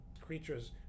Creatures